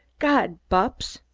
god, bupps!